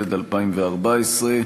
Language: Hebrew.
התשע"ד 2014,